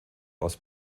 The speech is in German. aus